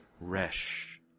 resh